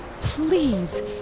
Please